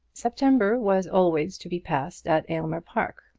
september was always to be passed at aylmer park,